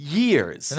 years